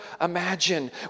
imagine